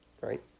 right